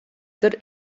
der